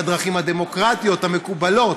בדרכים הדמוקרטיות המקובלות,